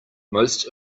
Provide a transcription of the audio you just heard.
most